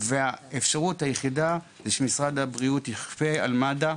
האפשרות היחידה היא שמשרד הבריאות יכפה על מד"א.